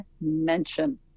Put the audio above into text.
mention